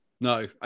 No